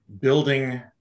building